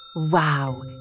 Wow